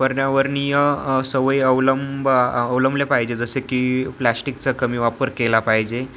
पर्यावरणीय सवय अवलंब अवलंबले पाहिजे जसे की प्लॅस्टिकचा कमी वापर केला पाहिजे